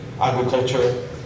agriculture